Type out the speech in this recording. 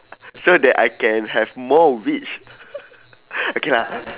so that I can have more wish okay lah